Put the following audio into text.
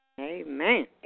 Amen